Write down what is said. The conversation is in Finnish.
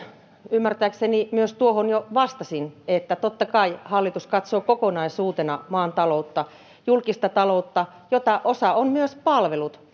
ymmärtääkseni myös tuohon jo vastasin että totta kai hallitus katsoo kokonaisuutena maan taloutta julkista taloutta jota osa on myös palvelut